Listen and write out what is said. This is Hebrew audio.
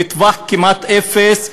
מטווח כמעט אפס,